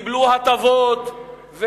קיבלו הטבות,